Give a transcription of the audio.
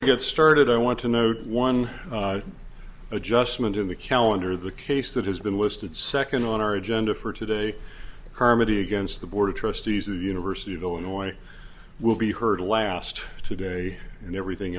get started i want to know one adjustment in the calendar the case that has been listed second on our agenda for today carmody against the board of trustees of the university of illinois will be heard last today and everything